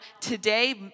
today